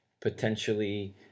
potentially